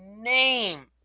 name